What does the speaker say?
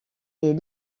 est